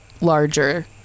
larger